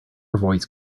voice